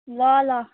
ल ल